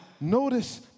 notice